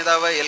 നേതാവ് എൽ